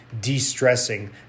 de-stressing